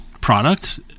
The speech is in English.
product